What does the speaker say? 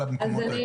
אני אגיד,